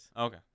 Okay